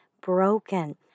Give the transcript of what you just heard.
broken